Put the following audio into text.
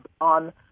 on